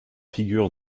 figures